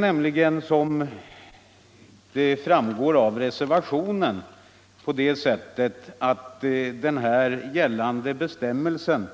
Såsom framgår av reservationen är det nämligen på det sättet att den här gällande bestämmelsen